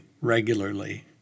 regularly